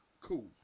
cool